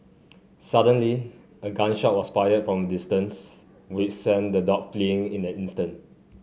suddenly a gun shot was fired from a distance which sent the dog fleeing in an instant